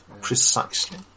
Precisely